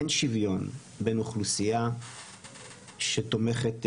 אין שוויון בין אוכלוסייה שתומכת באויב,